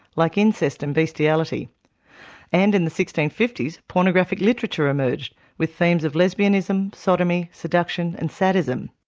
like incest and bestiality. and in the sixteen fifty s pornographic literature emerged with themes of lesbianism, sodomy, seduction and sadism.